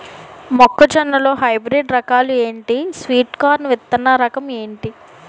మొక్క జొన్న లో హైబ్రిడ్ రకాలు ఎంటి? స్వీట్ కార్న్ విత్తన రకం ఏంటి?